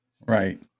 right